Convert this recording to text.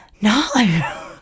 no